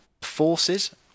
forces